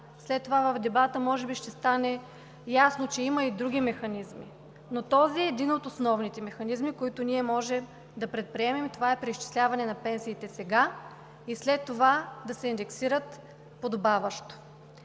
след това в дебата може би ще стане ясно, че има и други механизми, но този е един от основните механизми, които ние може да предприемем, и това е преизчисляване на пенсиите сега, а след това да се индексират подобаващо.